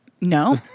No